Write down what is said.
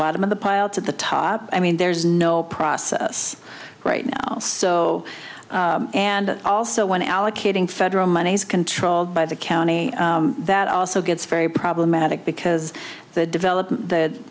bottom of the pile to the top i mean there's no process right now so and also when allocating federal money is controlled by the county that also gets very problematic because the developer th